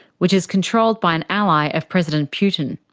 which is controlled by an ally of president putin.